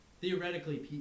theoretically